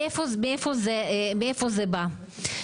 מאיפה זה בא?